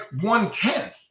one-tenth